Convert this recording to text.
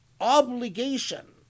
obligation